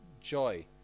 joy